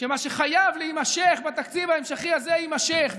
שמה שחייב להימשך בתקציב ההמשכי הזה יימשך.